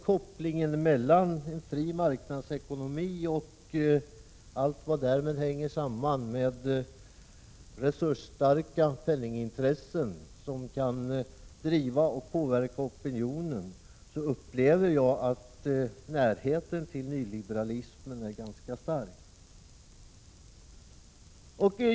Kopplingen till en fri marknadsekonomi och allt vad därmed sammanhänger i fråga om resursstarka penningintressen som kan driva och påverka opinionen upplever jag på det sättet att närheten till nyliberalismen är ganska påtaglig.